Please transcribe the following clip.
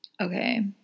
okay